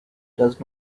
does